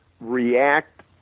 react